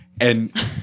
and-